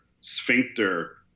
sphincter